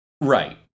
Right